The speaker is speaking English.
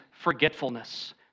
forgetfulness